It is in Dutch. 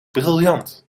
briljant